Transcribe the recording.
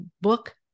book